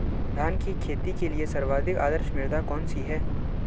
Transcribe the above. धान की खेती के लिए सर्वाधिक आदर्श मृदा कौन सी है?